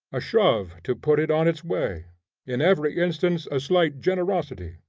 a shove to put it on its way in every instance a slight generosity,